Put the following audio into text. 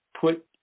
put